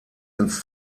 ins